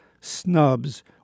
snubs